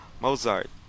Mozart